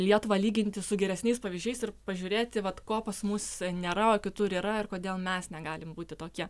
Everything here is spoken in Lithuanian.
lietuvą lyginti su geresniais pavyzdžiais ir pažiūrėti vat ko pas mus nėra o kitur yra ir kodėl mes negalim būti tokie